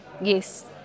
Yes